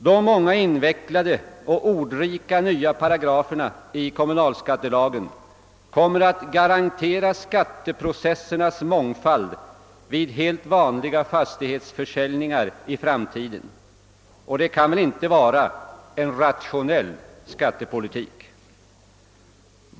De många invecklade och ordrika nya paragraferna i kommunalskattelagen kommer att garantera skatteprocessernas mångfald vid helt vanliga fastighetsförsäljningar i framtiden, och det kan väl inte vara en angelägen skattepolitik.